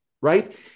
right